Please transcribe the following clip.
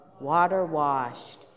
water-washed